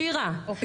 שירה,